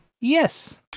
Yes